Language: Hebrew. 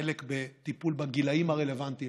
חלק בטיפול בגילים הרלוונטיים,